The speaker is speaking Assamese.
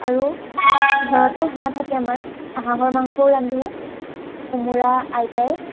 আৰু ঘৰতে হাঁহ থাকে আমাৰ হাঁহৰ মাংসও ৰান্ধোঁ কোমোৰা আইতাই